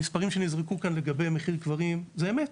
המספרים שנזרקו כאן לגבי מחירי קברים, זו אמת.